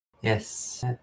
yes